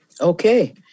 Okay